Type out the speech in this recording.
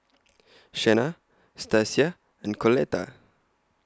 Shenna Stacia and Coletta